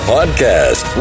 Podcast